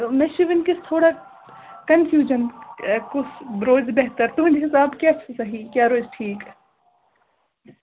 تہٕ مےٚ چھِ وُنکٮ۪س تھوڑا کَنفیوٗجَن کُس روزِ بہتر تُہٕنٛدِ حِساب کیٛاہ چھُ صحیح کیٛاہ روزِ ٹھیٖک